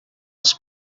els